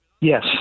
yes